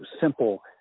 simple